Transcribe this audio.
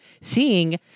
seeing